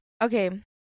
okay